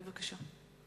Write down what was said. בבקשה.